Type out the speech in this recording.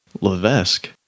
Levesque